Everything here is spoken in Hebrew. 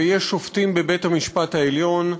ויש שופטים בבית-המשפט העליון,